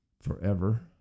forever